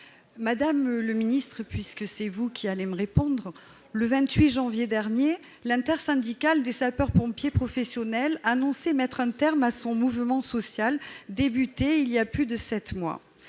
Jacqueline Gourault, puisque c'est vous qui me répondrez, le 28 janvier dernier, l'intersyndicale des sapeurs-pompiers professionnels annonçait mettre un terme à son mouvement social commencé il y a plus de sept mois.